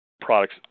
products